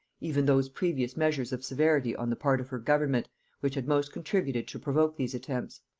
even those previous measures of severity on the part of her government which had most contributed to provoke these attempts.